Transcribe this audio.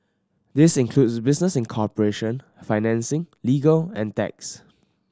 this includes business incorporation financing legal and tax